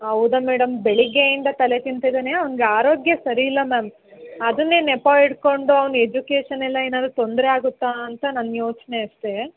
ಹೌದಾ ಮೇಡಮ್ ಬೆಳಗ್ಗೆಯಿಂದ ತಲೆ ತಿಂತಿದಾನೆ ಅವ್ನಿಗೆ ಆರೋಗ್ಯ ಸರಿ ಇಲ್ಲ ಮ್ಯಾಮ್ ಅದನ್ನೇ ನೆಪ ಇಟ್ಕೊಂಡು ಅವ್ನ ಎಜುಕೇಶನ್ ಎಲ್ಲ ಏನಾರು ತೊಂದರೆ ಆಗುತ್ತಾ ಅಂತ ನನ್ನ ಯೋಚನೆ ಅಷ್ಟೇ